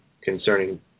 concerning